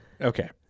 Okay